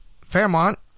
Fairmont